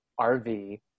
RV